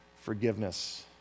forgiveness